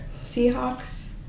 Seahawks